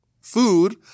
food